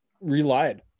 relied